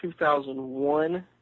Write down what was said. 2001